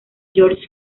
george